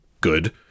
good